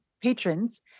patrons